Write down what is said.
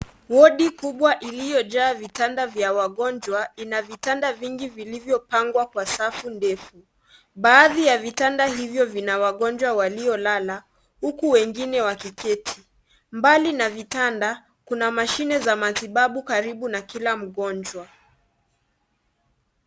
WOdi kubwa iliyojaa vitanda vya wagonjwa ina vitanda vingi vilivyopangwa kwa safu ndefu. Baadhi ya vitanda hivyo vina wagonjwa waliolala huku wengine wakiketi. Mbali na vitanda, kuna mashine za matibabu karibu na kila mgonjwa.